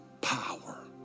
power